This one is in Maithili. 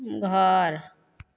घर